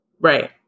Right